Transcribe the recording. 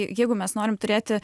jeigu mes norim turėti